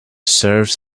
serves